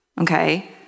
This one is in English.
okay